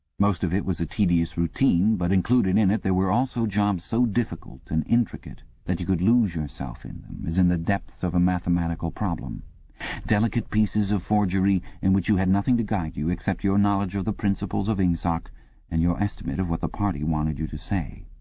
most of it was a tedious routine, but included in it there were also jobs so difficult and intricate that you could lose yourself in them as in the depths of a mathematical problem delicate pieces of forgery in which you had nothing to guide you except your knowledge of the principles of ingsoc and your estimate of what the party wanted you to say.